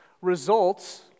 results